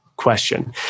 Question